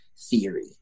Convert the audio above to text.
theory